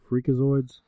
freakazoids